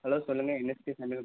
hello சொல்லுங்க NSK சமையல் குழு